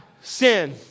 sin